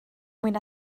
mwyn